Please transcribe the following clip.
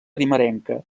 primerenca